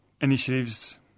initiatives